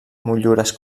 motllures